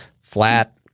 flat